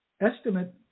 Estimate